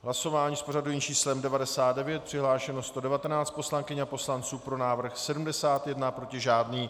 Hlasování s pořadovým číslem 99, přihlášeno 119 poslankyň a poslanců, pro návrh 71, proti žádný.